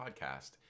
podcast